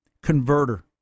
converter